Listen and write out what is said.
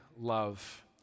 love